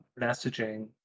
messaging